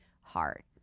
Heart